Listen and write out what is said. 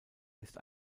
ist